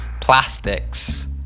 plastics